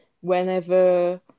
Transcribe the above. whenever